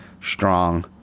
strong